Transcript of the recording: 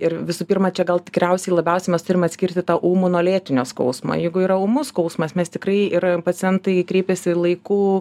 ir visų pirma čia gal tikriausiai labiausiai mes turim atskirti tą ūmų nuo lėtinio skausmo jeigu yra ūmus skausmas mes tikrai ir pacientai kreipiasi laiku